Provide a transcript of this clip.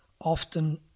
often